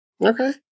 Okay